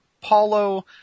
Paulo